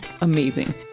amazing